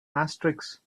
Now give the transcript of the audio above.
asterisk